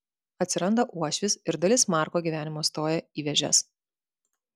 atsiranda uošvis ir dalis marko gyvenimo stoja į vėžes